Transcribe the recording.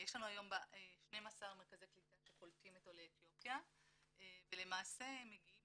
יש לנו היום 12 מרכזי קליטה שקולטים את עולי אתיופיה ולמעשה מגיעים